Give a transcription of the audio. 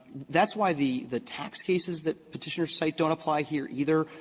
that's why the the tax cases that petitioners cite don't apply here either.